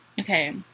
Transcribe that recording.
Okay